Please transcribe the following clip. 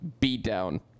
beatdown